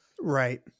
right